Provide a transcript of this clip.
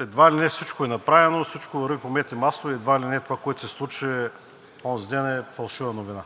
едва ли не всичко е направено, всичко върви по мед и масло и едва ли не това, което се случи онзиден, е фалшива новина,